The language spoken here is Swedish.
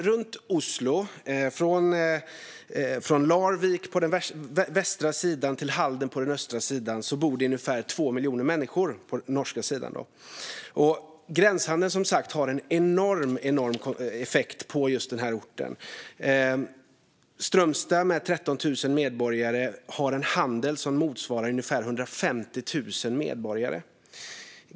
Runt Oslo, från Larvik på den västra sidan till Halden på den östra sidan, bor ungefär 2 miljoner människor på den norska sidan. Gränshandeln har en enorm effekt på just Strömstad. Orten, med 13 000 invånare, har en handel som motsvarar ungefär 150 000 invånare.